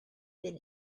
been